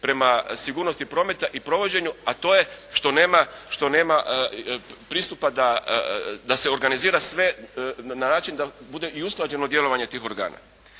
prema sigurnosti prometa i provođenju a to je što nema pristupa da se organizira sve na način da bude i usklađeno djelovanje tih organa.